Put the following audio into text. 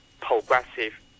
progressive